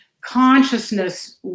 consciousness